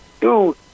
dude